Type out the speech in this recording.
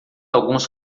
alguns